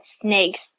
snakes